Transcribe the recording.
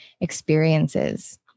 experiences